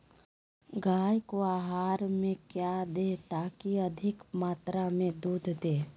गाय को आहार में क्या दे ताकि अधिक मात्रा मे दूध दे?